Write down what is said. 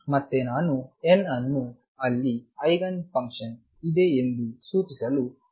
ಮತ್ತೆ ನಾನು n ಅನ್ನು ಅಲ್ಲಿ ಐಗನ್ ಫಂಕ್ಷನ್ ಇದೆ ಎಂದು ಸೂಚಿಸಲು ಹಾಕಲಿದ್ದೇನೆ